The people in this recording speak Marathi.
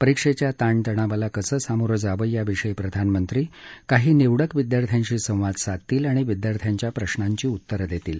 परीक्षेच्या ताणतणावाला कसे सामोरं जावं याविषयी प्रधानमंत्री काही निवडक विद्यार्थ्यांशी संवाद साधतील आणि विद्यार्थ्यांच्या प्रशांची उत्तरे देतील